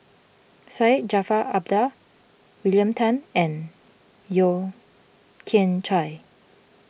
Syed Jaafar Albar William Tan and Yeo Kian Chai